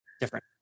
different